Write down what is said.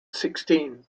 sixteen